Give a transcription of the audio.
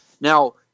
now